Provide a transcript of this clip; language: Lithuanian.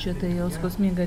čia tai jau skausminga